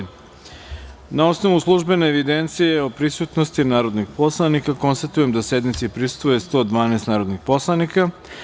Na osnovu službene evidencije o prisutnosti narodnih poslanika, konstatujem da sednici prisustvuje 112 narodnih poslanika.